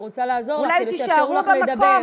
אני רוצה לעזור לך כדי שיאפשרו לך לדבר.